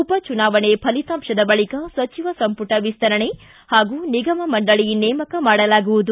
ಉಪಚುನಾವಣೆ ಫಲಿತಾಂಶದ ಬಳಿಕ ಸಚಿವ ಸಂಪುಟ ವಿಸ್ತರಣೆ ಹಾಗೂ ನಿಗಮ ಮಂಡಳಿ ನೇಮಕ ಮಾಡಲಾಗುವುದು